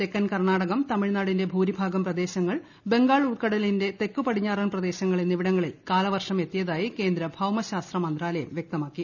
തെക്കൻ കർണാടകം തമിഴ്നാടിന്റെ ഭൂരിഭാഗം പ്രദേശങ്ങൾ ബംഗാൾ ഉൾക്കടലിന്റെ തെക്കു പടിഞ്ഞാറ് പ്രദേശങ്ങൾ എന്നിവിടങ്ങളിൽ കാലവർഷം എത്തിയതായി കേന്ദ്ര ഭൌമ ശാസ്ത്ര മന്ത്രാലയം വൃക്തമാക്കി